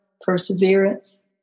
perseverance